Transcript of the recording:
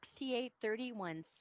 6831